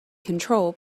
control